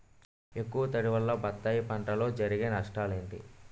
ఎక్కువ తడి వల్ల బత్తాయి పంటలో జరిగే నష్టాలేంటి?